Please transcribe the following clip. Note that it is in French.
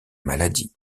maladies